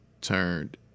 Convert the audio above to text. turned